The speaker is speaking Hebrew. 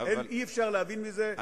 אי-אפשר להבין מזה שום דבר אחר.